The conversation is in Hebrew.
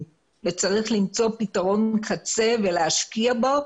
וצריך למצוא פתרון קצה ולהשקיע בו,